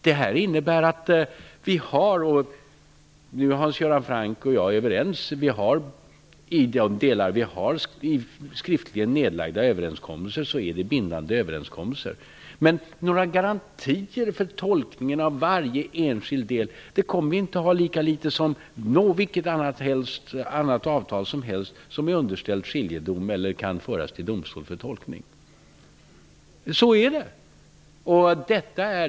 Detta innebär -- Hans Göran Franck och jag är överens på den punkten -- att i de delar som vi har skriftligen nedlagda överenskommelser är dessa bindande. Men några garantier för tolkningen av varje enskild del kommer vi inte att ha -- lika litet som vilket avtal som helst som är underställt skiljedom eller kan föras till domstol för tolkning. På det viset är det.